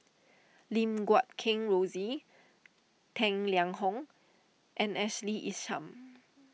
Lim Guat Kheng Rosie Tang Liang Hong and Ashley Isham